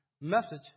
message